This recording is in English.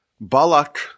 Balak